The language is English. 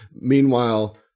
meanwhile